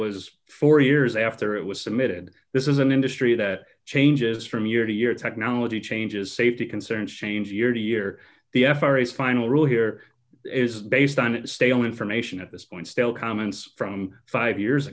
was four years after it was submitted this is an industry that changes from year to year technology changes safety concerns change year to year the f r s final rule here is based on a stale information at this point stale comments from five years